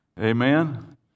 Amen